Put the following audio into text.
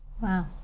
Wow